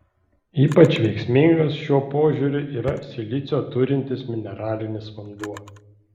ypač veiksmingas šiuo požiūriu yra silicio turintis mineralinis vanduo